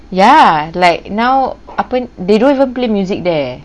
ya like now apa they don't even play music there